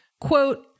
Quote